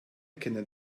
kennen